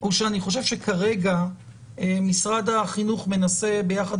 הוא שאני חושב שכרגע משרד החינוך מנסה ביחד